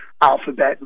Alphabet